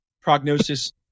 prognosis